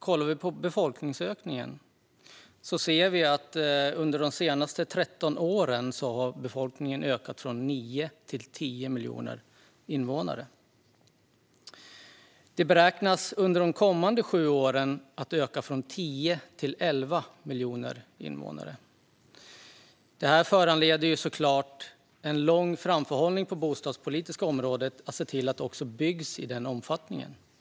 Tittar vi på befolkningsökningen i Sverige ser vi att befolkningen har ökat från 9 till 10 miljoner invånare under de senaste 13 åren. Befolkningen beräknas öka från 10 till 11 miljoner invånare under de kommande sju åren. Det här föranleder såklart en lång framförhållning på det bostadspolitiska området när det gäller att se till att man bygger i den omfattning som behövs.